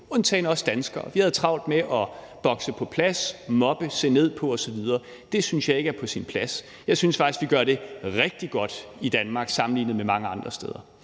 undtagen os danskere – vi havde travlt med bokse på plads, mobbe, se ned på osv. Det synes jeg ikke er på sin plads. Jeg synes faktisk, vi gør det rigtig godt i Danmark sammenlignet med mange andre steder.